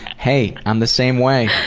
hey, i'm the same way.